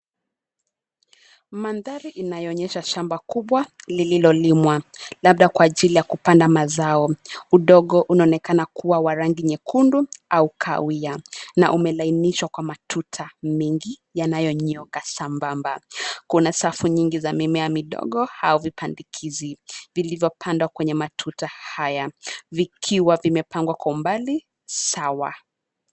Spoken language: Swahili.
Mandhari inayoonyesha shamba kubwa, lililolimwa, labda kwa ajili ya kupanda mazao, udongo unaonekana kuwa wa rangi nyekundu, au kahawia, na umelainishwa kwa matuta mengi, yanayonyooka sambamba, kuna safu nyingi za mimea midogo au vipandikizi, vilivyopandwa kwenye matuta haya, vikiwa vimepandwa kwa umbali, sawa.